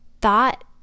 thought